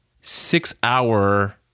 six-hour